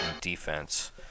defense